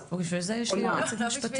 טוב, בשביל זה יש יועצת משפטית.